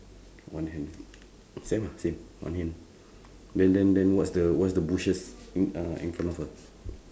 one hand same lah same one hand then then then what's the what's the bushes in uh in front of her